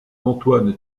antoine